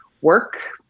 work